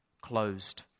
closed